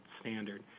standard